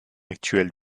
actuels